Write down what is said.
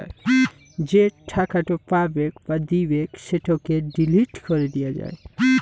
যে টাকাট পাবেক বা দিবেক সেটকে ডিলিট ক্যরে দিয়া যায়